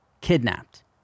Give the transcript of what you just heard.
kidnapped